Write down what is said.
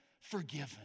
forgiven